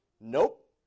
nope